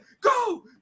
Go